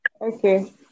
Okay